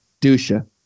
Dusha